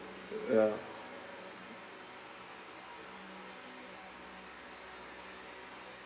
ya